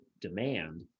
demand